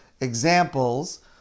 examples